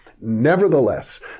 Nevertheless